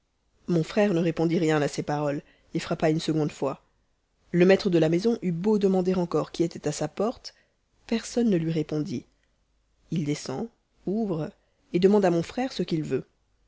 mon frère ne répondit rien a ces paroles et frappa une seconde fois le maître de la maison eut beau demander encore qui était à sa porte personne ne lui répondit it descend ouvre et demande à mon frère ce qu'il veut